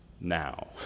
now